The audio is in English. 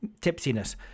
tipsiness